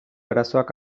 arazoak